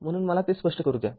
म्हणून मला ते स्पष्ट करू द्या